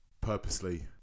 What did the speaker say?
purposely